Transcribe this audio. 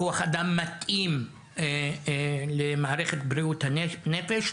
כוח אדם מתאים למערכת בריאות הנפש,